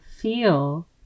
feel